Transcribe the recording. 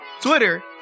Twitter